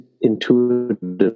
intuitive